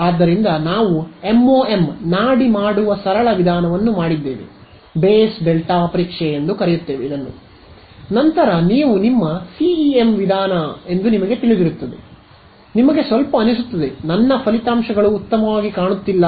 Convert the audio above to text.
ಆದ್ದರಿಂದ ನಾವು MoM ನಾಡಿ ಮಾಡುವ ಸರಳ ವಿಧಾನವನ್ನು ಮಾಡಿದ್ದೇವೆ ಬೇಸ್ ಡೆಲ್ಟಾ ಪರೀಕ್ಷೆ ನಂತರ ನೀವು ನಿಮ್ಮ ಸಿಇಎಂ ವಿಧಾನ ಎಂದು ನಿಮಗೆ ತಿಳಿದಿರುತ್ತದೆ ನಿಮಗೆ ಸ್ವಲ್ಪ ಅನಿಸುತ್ತದೆ ನನ್ನ ಫಲಿತಾಂಶಗಳು ಉತ್ತಮವಾಗಿ ಕಾಣುತ್ತಿಲ್ಲ